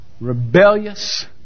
rebellious